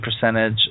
percentage